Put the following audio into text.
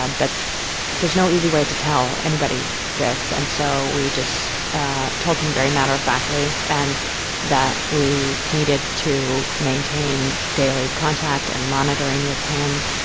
and that there's no easy way to tell anybody this. and so we just told him very matter-of-factly and that we needed to maintain daily contact and monitoring with him